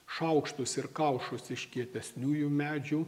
šaukštus ir kaušus iš kietesniųjų medžių